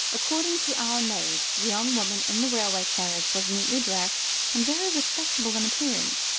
according to our maid, the young woman in the railway carriage was neatly dressed and very respectable in appearance,